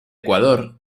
ecuador